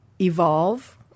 evolve